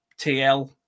TL